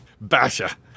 basha